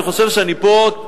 אני חושב שאני פה,